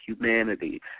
humanity